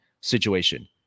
situation